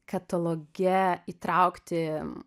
kataloge įtraukti